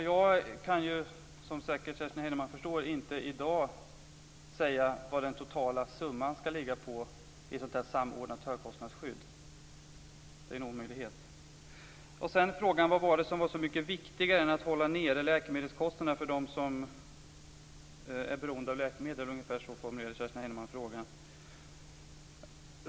Fru talman! Som Kerstin Heinemann säkert förstår kan jag i dag inte säga vad den totala summan skall ligga på i ett sådant samordnat högkostnadsskydd. Det är en omöjlighet. Sedan var det frågan om vad det var som var så mycket viktigare än att hålla ned läkemedelskostnaderna för dem som är beroende av läkemedel. Kerstin Heinemann formulerade sin fråga ungefär så.